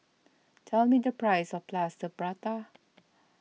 tell me the price of Plaster Prata